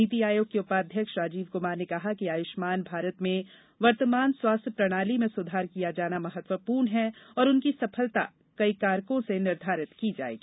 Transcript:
नीति आयोग के उपाध्यक्ष राजीव कुमार ने कहा कि आयुष्मान भारत में वर्तमान स्वास्थ्य प्रणाली में सुधार किया जाना महत्वपूर्ण हैं और उनकी सफलता कई कारकों से निर्धारित की जाएगी